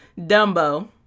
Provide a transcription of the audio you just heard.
Dumbo